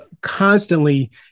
constantly